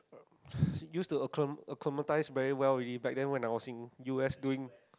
use the acclimat~ acclimatise very well already back then I was in U_S doing